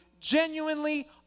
Genuinely